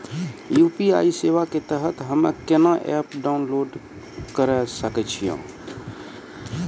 UPI सेवा के तहत हम्मे केना एप्प डाउनलोड करे सकय छियै?